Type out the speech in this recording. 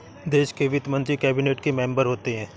देश के वित्त मंत्री कैबिनेट के मेंबर होते हैं